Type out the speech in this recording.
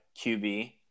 QB